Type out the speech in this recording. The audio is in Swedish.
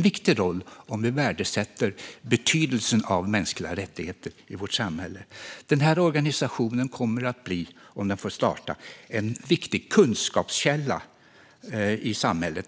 viktig roll om vi värdesätter betydelsen av mänskliga rättigheter i vårt samhälle. Organisationen kommer, om den får starta, att bli en viktig kunskapskälla i samhället.